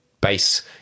base